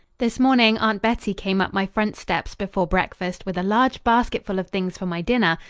this morning aunt bettie came up my front steps before breakfast with a large basketful of things for my dinner,